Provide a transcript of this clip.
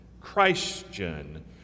Christian